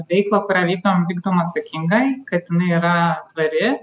veiklą kurią vykdom vykdom atsakingai kad jinai yra tvari